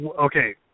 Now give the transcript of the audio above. Okay